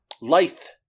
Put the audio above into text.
Life